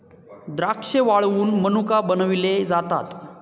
द्राक्षे वाळवुन मनुका बनविले जातात